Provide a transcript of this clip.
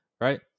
right